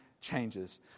changes